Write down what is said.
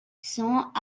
cents